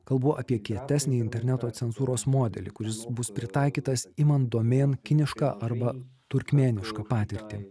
kalbu apie kietesnį interneto cenzūros modelį kuris bus pritaikytas imant domėn kinišką arba turkmėnišką patirtį